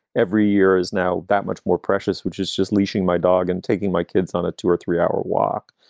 every year is now that much more precious, which is just leashing my dog and taking my kids on it. two or three hour walk.